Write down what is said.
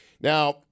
Now